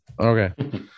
Okay